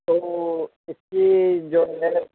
تو اس کی جو ہے